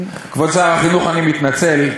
כבוד שר החינוך, אני מתנצל,